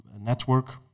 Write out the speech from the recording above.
network